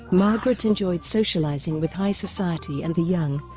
margaret enjoyed socialising with high society and the young,